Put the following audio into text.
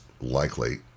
likely